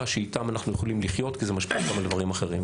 שאיתם אנחנו יכולים לחיות כי זה משפיע גם על דברים אחרים.